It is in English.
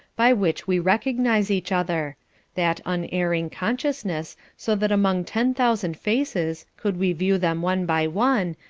by which we recognise each other that unerring consciousness, so that among ten thousand faces, could we view them one by one,